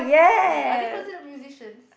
ya are they considered musicians